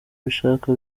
ubishaka